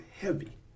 heavy